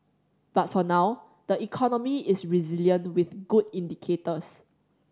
but for now the economy is resilient with good indicators